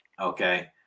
Okay